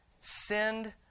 Send